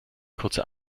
kurze